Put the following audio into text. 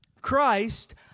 Christ